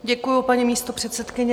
Děkuju, paní místopředsedkyně.